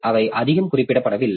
அவை அதிகம் குறிப்பிடப்படவில்லை